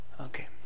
okay